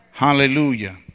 Hallelujah